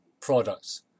products